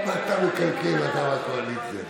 רק אתה מקלקל, אתה מהקואליציה.